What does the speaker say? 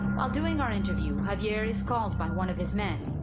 while doing our interview, javier is called by one of his men.